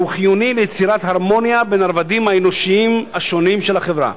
שהוא חיוני ליצירת הרמוניה בין הרבדים האנושיים השונים של החברה.